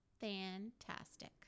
fantastic